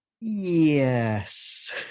Yes